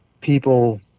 people